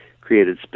created